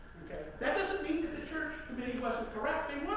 okay? that doesn't mean that the church committee wasn't correct,